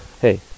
Hey